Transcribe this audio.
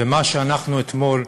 ומה שאנחנו אתמול,